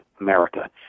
America